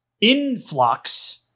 influx